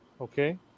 Okay